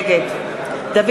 נגד דוד